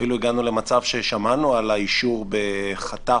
אפילו הגענו למצב ששמענו על האישור בחטף,